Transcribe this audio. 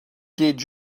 did